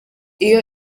iyo